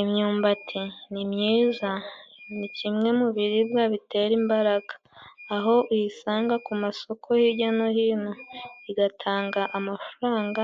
Imyumbati ni myiza, ni kimwe mu biribwa bitera imbaraga, aho uyisanga ku masoko hirya no hino, igatanga amafaranga